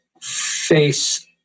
face